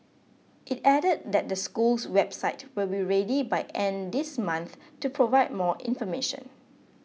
it added that the school's website will be ready by end this month to provide more information